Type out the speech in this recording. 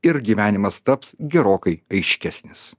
ir gyvenimas taps gerokai aiškesnis